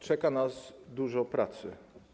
Czeka nas dużo pracy.